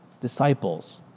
disciples